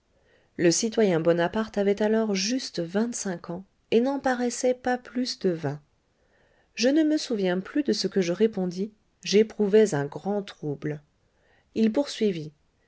le citoyen bonaparte avait alors juste vingt-cinq ans et n'en paraissait pas plus de vingt je ne me souviens plus de ce que je répondis j'éprouvais un grand trouble il poursuivit